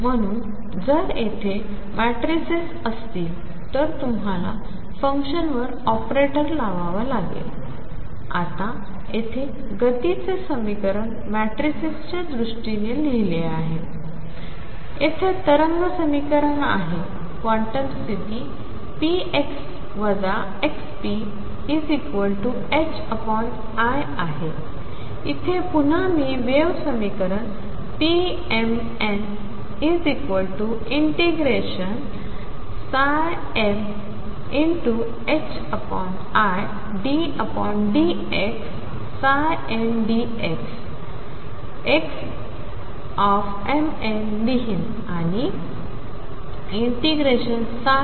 म्हणून जर येथे मॅट्रिसेस असतील तर तुम्हाला फंक्शनवर ऑपरेटर लावावा लागेल आता येथे गतीचे समीकरण मॅट्रिसेस च्या दृष्टीने लिहिले आहे येथे तरंग समीकरण आहे क्वांटम स्थिती px xpi आहे येथे पुन्हा मी वेव्ह समीकरणpmn∫middx ndx xmn लिहीन आणि ∫mxndx